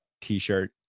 t-shirt